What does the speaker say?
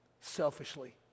Selfishly